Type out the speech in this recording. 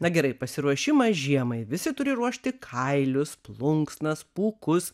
na gerai pasiruošimas žiemai visi turi ruošti kailius plunksnas pūkus